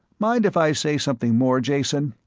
mind if i say something more, jason?